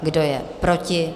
Kdo je proti?